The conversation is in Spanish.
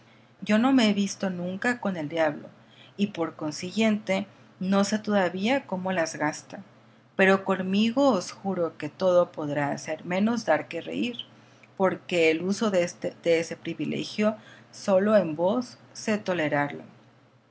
yo no me he visto nunca con el diablo y por consiguiente no sé todavía cómo las gasta pero conmigo os juro que todo podrá hacer menos dar que reír porque el uso de ese privilegio sólo en vos sé tolerarlo